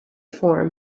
form